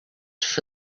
for